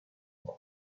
pour